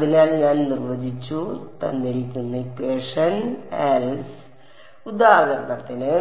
അതിനാൽ ഞാൻ നിർവചിച്ചു ഉദാഹരണത്തിന്